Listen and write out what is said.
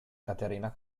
caterina